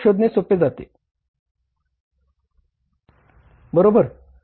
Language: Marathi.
फरक शोधणे सोपे जाते बरोबर